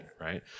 right